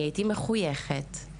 הייתי מחויכת,